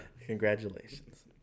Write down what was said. Congratulations